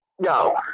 No